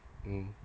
mm